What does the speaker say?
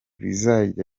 bizajya